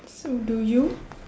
so do you